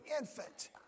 infant